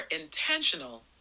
intentional